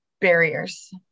barriers